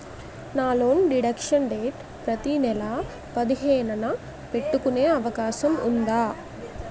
నా loan deduction date ప్రతి నెల పదిహేను న పెట్టుకునే అవకాశం ఉందా?